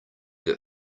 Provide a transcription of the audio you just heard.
that